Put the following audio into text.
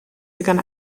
began